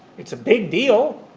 it's a big deal,